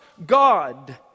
God